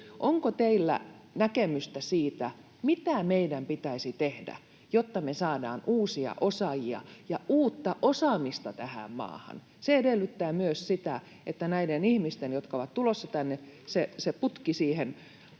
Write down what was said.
Onko teillä näkemystä siitä, mitä meidän pitäisi tehdä, jotta saadaan uusia osaajia ja uutta osaamista tähän maahan? Se edellyttää myös sitä, että näiden ihmisten, jotka ovat tulossa tänne, putki siihen